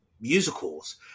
musicals